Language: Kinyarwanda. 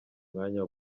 mwanya